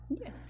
Yes